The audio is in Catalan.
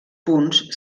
punts